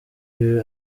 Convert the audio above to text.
ibi